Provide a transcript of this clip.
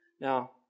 Now